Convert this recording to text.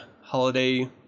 holiday